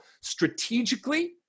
strategically